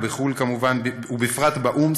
ובפרט באו"ם,